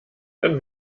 dann